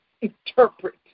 interpret